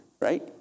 right